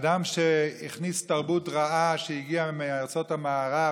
אדם שהכניס תרבות רעה שהגיעה מארצות המערב